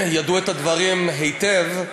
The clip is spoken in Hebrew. ידעו את הדברים היטב,